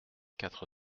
quatre